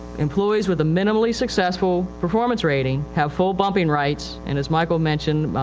employees with the minimally successful performance rating have full bumping rights and as michael mentioned,